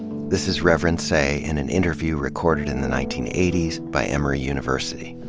this is reverend seay in an interview recorded in the nineteen eighty s by emory university.